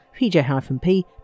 PJ-P